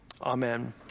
Amen